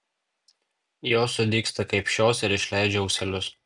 jos sudygsta kaip šios ir išleidžia ūselius